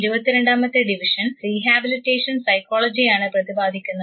ഇരുപത്തിരണ്ടാമത്തെ division rehabilitation psychology യാണ് പ്രതിപാദിക്കുന്നത്